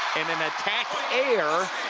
and an attack air